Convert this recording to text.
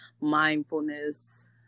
mindfulness